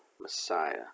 Messiah